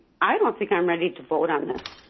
i don't think i'm ready to vote on this.